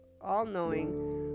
all-knowing